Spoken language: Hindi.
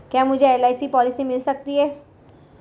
क्या मुझे एल.आई.सी पॉलिसी मिल सकती है?